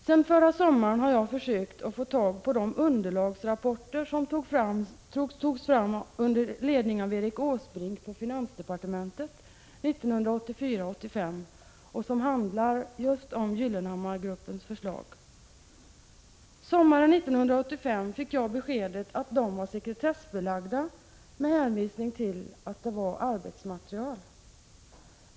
Sedan förra sommaren har jag försökt att få tag på de underlagsrapporter som togs fram under ledning av Erik Åsbrink i finansdepartementet 1984/85 och som handlär just om Gyllenhammargruppens förslag. Sommaren 1985 fick jag beskedet att dessa rapporter var sekretessbelagda med hänvisning till att de utgjorde arbetsmaterial.